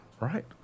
Right